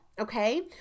okay